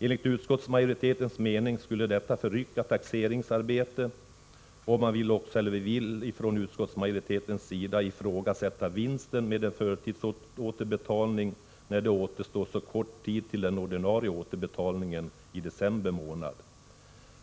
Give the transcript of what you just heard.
Enligt utskottsmajoritetens mening skulle detta förrycka taxeringsarbetet. Utskottsmajoriteten vill också ifrågasätta vinsten med en förtidsåterbetalning när det återstår så kort tid till den ordinarie återbetalningen i december månad.